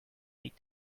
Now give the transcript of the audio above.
need